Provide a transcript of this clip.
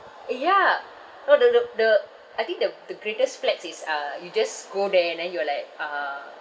ya you know the the the I think the the greatest flex is uh you just go there and then you are like uh